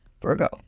Virgo